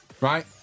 Right